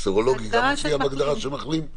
סרולוגי גם מופיע בהגדרה של מחלים?